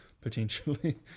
potentially